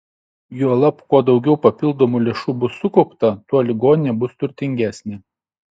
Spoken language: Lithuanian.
juolab kuo daugiau papildomų lėšų bus sukaupta tuo ligoninė bus turtingesnė